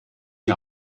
die